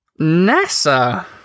NASA